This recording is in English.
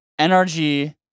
NRG